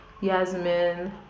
Yasmin